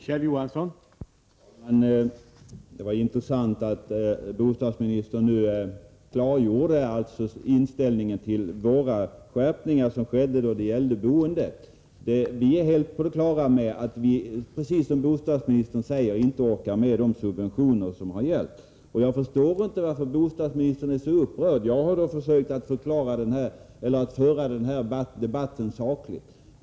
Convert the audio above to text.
Herr talman! Det var intressant att bostadsministern klargjorde sin inställning till de skärpningar vi genomförde när det gäller boendet. Vi är helt på det klara med att vi, precis som bostadsministern säger, inte orkar med de subventioner som har gällt. Jag förstår inte varför bostadsministern är så upprörd — jag har för min del försökt att föra debatten sakligt.